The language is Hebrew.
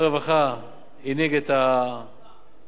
הנהיג את הביטחון התזונתי,